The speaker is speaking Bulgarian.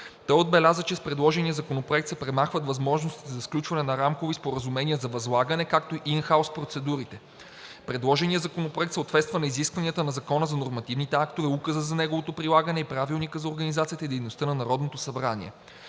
Той отбеляза, че с предложения законопроект се премахват възможностите за сключване на рамкови споразумения за възлагане, както и ин хаус процедурите. Предложеният законопроект съответства на изискванията на Закона за нормативните актове, Указа за неговото прилагане и Правилника за